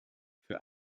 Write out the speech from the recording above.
für